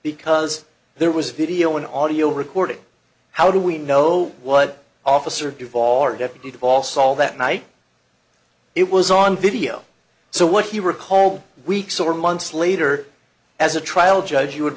because there was video an audio recording how do we know what officer duvall deputy paul saul that night it was on video so what he recalled weeks or months later as a trial judge you would